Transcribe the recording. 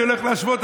אני הולך להשוות.